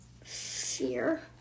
fear